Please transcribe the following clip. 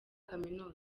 kaminuza